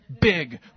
big